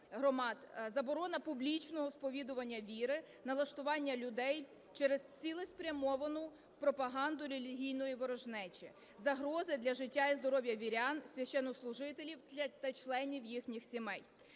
заборона публічного сповідування віри, налаштування людей через цілеспрямовану пропаганду релігійної ворожнечі, загрози для життя і здоров'я вірян, священнослужителів та членів їхніх сімей.